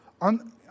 on